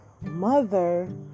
mother